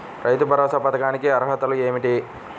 రైతు భరోసా పథకానికి అర్హతలు ఏమిటీ?